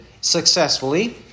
successfully